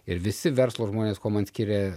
ir visi verslo žmonės ko man skiria